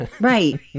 Right